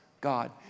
God